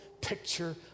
picture